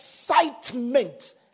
excitement